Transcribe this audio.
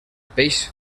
peix